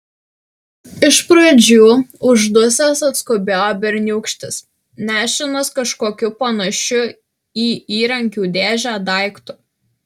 iš pradžių uždusęs atskubėjo berniūkštis nešinas kažkokiu panašiu į įrankių dėžę daiktu